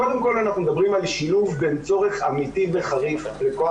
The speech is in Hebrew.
קודם כל אנחנו מדברים על שילוב בין צורך אמיתי וחריף לכח